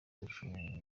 gucunga